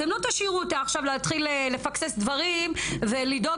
אתם לא תשאירו אותה עכשיו להתחיל לפקסס דברים ולדאוג.